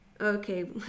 okay